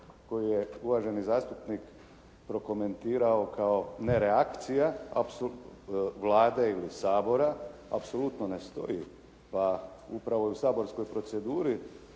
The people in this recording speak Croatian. koji je uvaženi zastupnik prokomentirao kao ne reakcija apsurd Vlade ili Sabora, apsolutno ne stoji. Pa upravo je u saborskoj proceduri